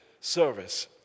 service